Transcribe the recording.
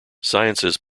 sciences